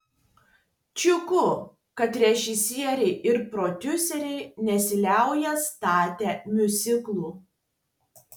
džiugu kad režisieriai ir prodiuseriai nesiliauja statę miuziklų